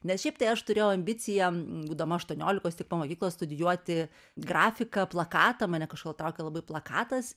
nes šiaip tai aš turėjau ambiciją būdama aštuoniolikos tik po mokyklos studijuoti grafiką plakatą mane kažkodėl traukė labai plakatas